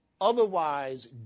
otherwise